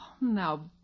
Now